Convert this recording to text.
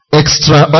extra